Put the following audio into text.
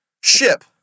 ship